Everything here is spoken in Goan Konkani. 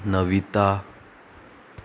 नविता